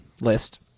list